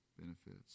benefits